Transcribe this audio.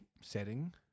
setting